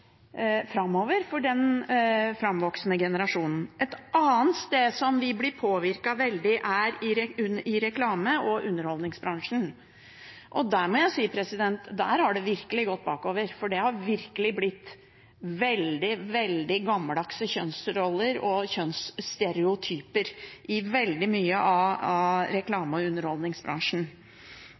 framover for den framvoksende generasjonen. Noe annet som vi blir veldig påvirket av, er reklame- og underholdningsbransjen. Der må jeg si at det virkelig har gått bakover, for der har det blitt veldig gammeldagse kjønnsroller og kjønnsstereotyper, i veldig mye av reklame- og underholdningsbransjen.